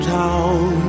town